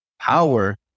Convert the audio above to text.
power